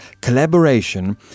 collaboration